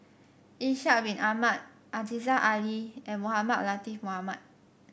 Ishak Bin Ahmad Aziza Ali and Mohamed Latiff Mohamed